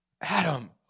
Adam